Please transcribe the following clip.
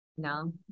no